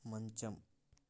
మంచం